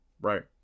right